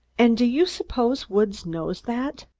and do you suppose woods knows that?